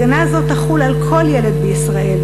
הגנה זאת תחול על כל ילד בישראל,